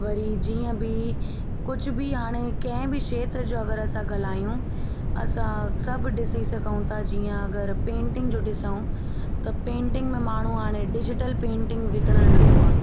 वरी जीअं बि कुझु बि हाणे कंहिं बि खेत्र जो अगरि असां ॻाल्हायूं असां सभु ॾिसी सघूं था जीअं अगरि पेंटिंग जो ॾिसूं त पेंटिंग में माण्हू हाणे डिजीटल पेंटिंग विकिणणु लॻो आहे